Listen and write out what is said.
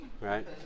right